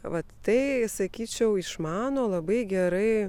vat tai sakyčiau išmano labai gerai